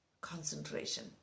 concentration